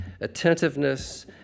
attentiveness